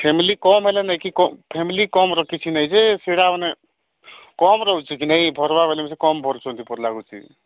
family କମ ହେଲା ନାଇ କି ଫ୍ୟାମିଲି କମର କିଛି ନାଇଁ ଯେ ସେଇଟା ମାନେ କମ୍ ରହୁଛି କି ନାଇଁ ଭରିବା ବେଳେ ସେ କମ ଭରୁଛନ୍ତି ପରି ଲାଗୁଛି